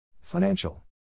Financial